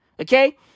okay